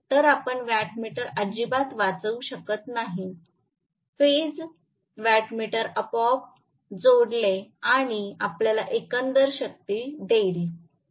तर आपण वॅटमीटर अजिबात वाचू शकणार नाही phase फेज वॅटमीटर आपोआप आपोआप जोडेल आणि आपल्याला एकंदर शक्ती देईल